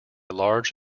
large